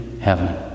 heaven